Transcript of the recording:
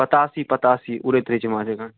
पतासी पतासी उड़ैत रहै छै माँछ हरदम